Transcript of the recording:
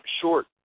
short